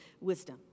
wisdom